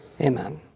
amen